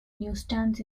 newsstands